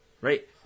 right